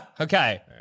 Okay